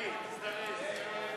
ההצעה להסיר מסדר-היום